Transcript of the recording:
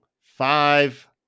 five